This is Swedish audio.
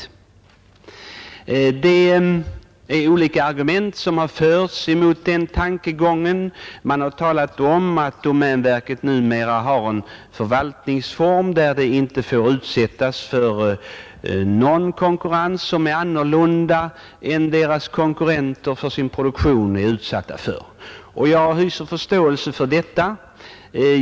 Olika argument har framförts mot denna tankegång. Man har talat om att domänverket numera har en förvaltningsform där det inte får utsättas för någon pålaga som är annorlunda än den som konkurrenterna för deras produktion är utsatta för. Jag hyser förståelse för detta.